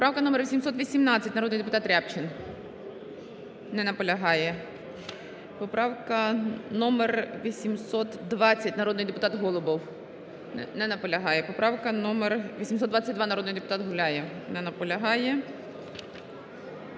Поправка номер 818, народний депутат Рябчин. Не наполягає. Поправка номер 820, народний депутат Голубов. Не наполягає. Поправка номер 822, народний депутат Гуляєв. Не наполягає.